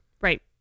Right